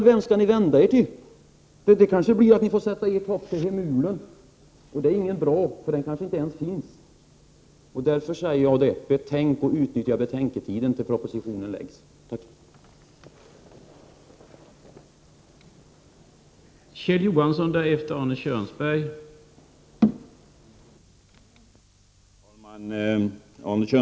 Vem skall ni vända er till i annat fall? Det kanske blir så att ni får sätta ert hopp till Hemulen, och det är inte bra för den kanske inte ens finns. Därför säger jag: Utnyttja betänketiden tills propositionen läggs fram.